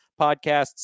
podcasts